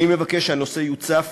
אני מבקש שהנושא יוצף